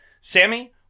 Sammy